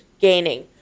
gaining